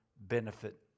benefit